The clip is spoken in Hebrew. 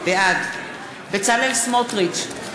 בעד בצלאל סמוטריץ,